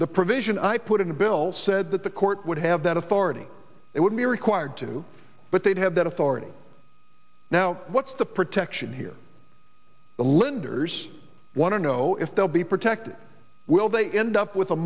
the provision i put in the bill said that the court would have that authority it would be required to but they'd have that authority now what's the protection here the lenders want to know if they'll be protected will they end up with a